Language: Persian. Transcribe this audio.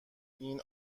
این